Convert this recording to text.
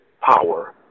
power